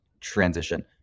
transition